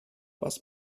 was